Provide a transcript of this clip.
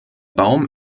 baum